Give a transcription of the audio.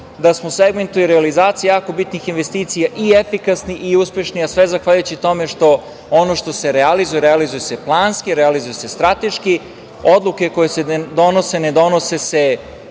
da smo u segmentu i realizaciji jako bitnih investicija i efikasni i uspešni, a sve zahvaljujući tome što ono što se realizuje realizuje se planski, realizuje se strateški. Odluke koje se donose ne donose se